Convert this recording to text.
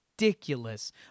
Ridiculous